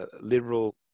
liberal